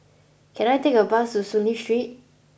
can I take a bus to Soon Lee Street